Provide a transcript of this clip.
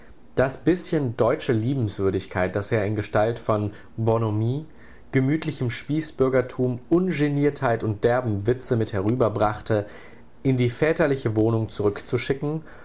das bißchen deutsche liebenswürdigkeit das er in gestalt von bonhomie gemütlichem spießbürgertum ungeniertheit und derbem witze mit herüberbrachte in die väterliche wohnung zurückzuschicken